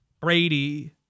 Brady